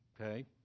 Okay